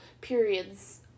periods